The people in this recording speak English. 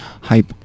hype